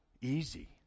easy